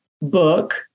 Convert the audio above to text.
book